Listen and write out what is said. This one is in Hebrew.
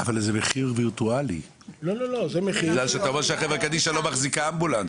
אבל זה מחיר וירטואלי כי אתה אומר שהחברה קדישא לא מחזיקה אמבולנס.